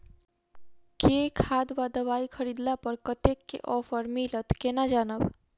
केँ खाद वा दवाई खरीदला पर कतेक केँ ऑफर मिलत केना जानब?